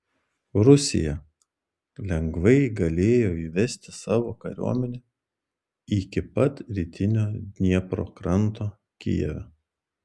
rusija lengvai galėjo įvesti savo kariuomenę iki pat rytinio dniepro kranto kijeve